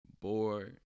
bored